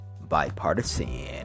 bipartisan